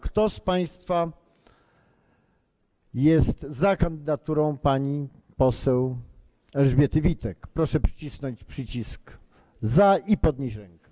Kto z państwa jest za kandydaturą pani poseł Elżbiety Witek, proszę nacisnąć przycisk i podnieść rękę.